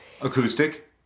Acoustic